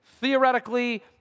theoretically